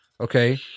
okay